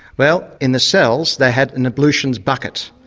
well in the cells they had an ablutions bucket.